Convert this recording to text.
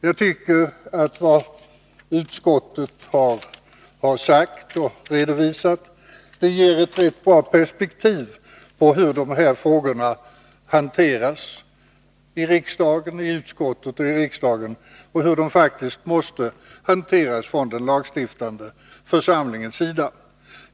Jag tycker att vad utskottet har sagt och redovisat ger ett rätt bra perspektiv på hur de här frågorna hanteras i utskottet och i riksdagen och hur de faktiskt måste hanteras från den lagstiftande församlingens sida.